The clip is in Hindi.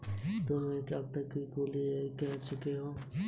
तुम अब तक कुल कितने एन.जी.ओ में काम कर चुकी हो?